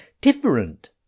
different